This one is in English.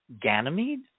ganymede